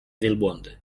wielbłądy